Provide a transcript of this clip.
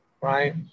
right